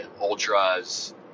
ultras